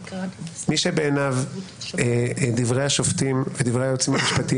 מי שבעיניו דברי השופטים ודברי היועצים המשפטיים